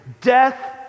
death